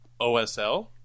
OSL